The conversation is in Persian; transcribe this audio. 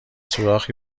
سوراخی